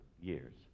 years